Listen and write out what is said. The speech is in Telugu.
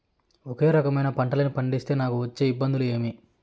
ఒకే రకమైన పంటలని పండిస్తే నాకు వచ్చే ఇబ్బందులు ఏమి?